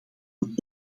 een